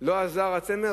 לא עזר הצמר,